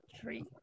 three